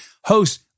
host